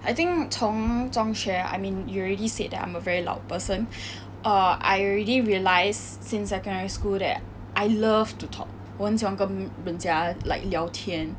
I think 从中学 I mean you already said that I'm a very loud person err I already realised since secondary school that I love to talk 我很喜欢跟人家 like 聊天